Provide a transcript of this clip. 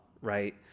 Right